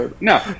no